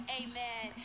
amen